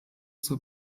zur